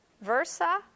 Versa